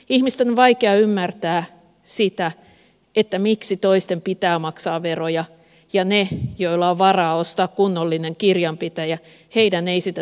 ihmisten on vaikea ymmärtää sitä miksi toisten pitää maksaa veroja ja niiden joilla on varaa ostaa kunnollinen kirjanpitäjä ei sitä tarvitse tehdä